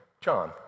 John